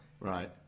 Right